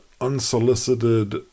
unsolicited